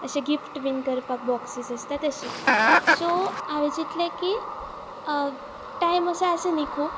अशे गिफ्टीन करपाक बॉक्सीस आसता तशी सो हांवें चितले की टायम असो आसा न्ही खूब